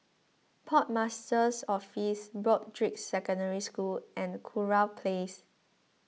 Port Master's Office Broadrick Secondary School and Kurau Place